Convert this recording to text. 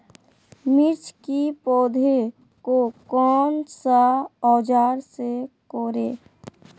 मिर्च की पौधे को कौन सा औजार से कोरे?